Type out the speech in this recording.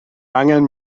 angen